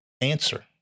answer